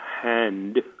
hand